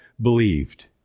believed